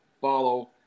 follow –